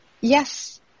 Yes